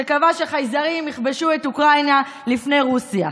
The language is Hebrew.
שקבע שחייזרים יכבשו את אוקראינה לפני רוסיה.